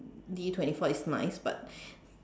D twenty four is nice but